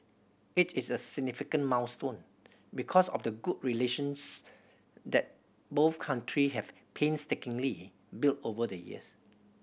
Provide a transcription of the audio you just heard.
it is a significant milestone because of the good relations that both country have painstakingly built over the years